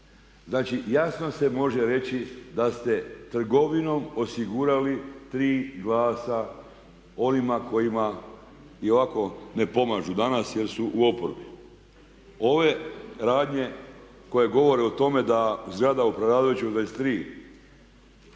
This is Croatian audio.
Znači jasno se može reći da ste trgovinom osigurali 3 glasa ovima kojima i ovako ne pomažu danas jer su u oporbi. Ove radnje koje govore o tome da zgrada u Preradovićevoj 23